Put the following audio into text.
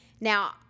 Now